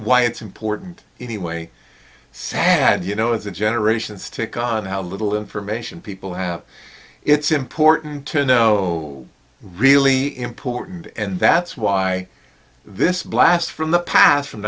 why it's important anyway sad you know it's a generation stick on how little information people have it's important to know really important and that's why this blast from the past from